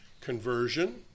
conversion